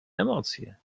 emocje